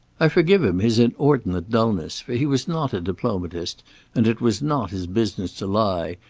i forgive him his inordinate dulness, for he was not a diplomatist and it was not his business to lie,